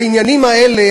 העניינים האלה,